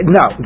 no